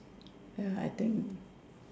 ya I think